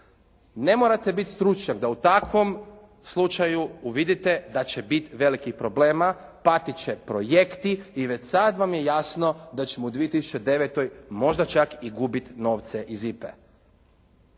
Ne morate biti stručnjak da u takvom slučaju uvidite da će biti velikih problema, patiti će projekti i već sada vam je jasno da ćemo u 2009. možda čak i gubiti novce iz IPA-e.